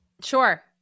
Sure